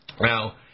Now